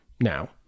Now